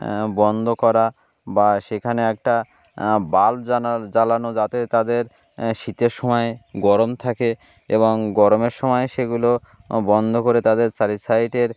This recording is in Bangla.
বন্ধ করা বা সেখানে একটা বাল্ব জালা জ্বালানো যাতে তাদের শীতের সময়ে গরম থাকে এবং গরমের সময়ে সেগুলো বন্ধ করে তাদের চারি সাইডের